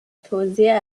توزیع